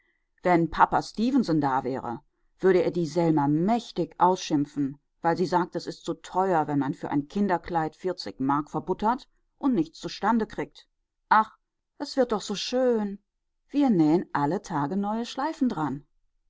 wenn pappa stefenson da wäre würde er die selma mächtig ausschimpfen weil sie sagt es ist zu teuer wenn man für ein kinderkleid vierzig mark verbuttert und nichts zustande kriegt ach es wird doch so schön wir nähen alle tage neue schleifen dran